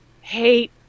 hate